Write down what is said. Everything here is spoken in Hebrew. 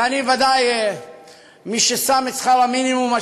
ואני בוודאי מי ששם את שכר המינימום מה